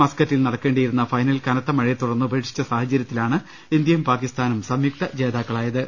മസ്കറ്റിൽ നടക്കേണ്ടിയിരുന്ന ഫൈനൽ കനത്ത മഴയെ തുടർന്ന് ഉപേക്ഷിച്ച സാഹചർ്യത്തിലാണ് ഇന്ത്യയും പാകിസ്ഥാനും സംയുക്ത ജേതാക്കളായത്